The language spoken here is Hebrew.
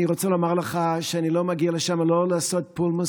אני רוצה לומר לך שאני לא מגיע לשמה לא לעשות פולמוס